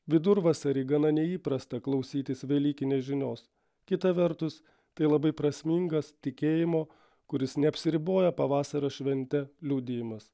vidurvasarį gana neįprasta klausytis velykinės žinios kita vertus tai labai prasmingas tikėjimo kuris neapsiriboja pavasario švente liudijimas